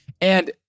and-